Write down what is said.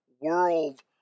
world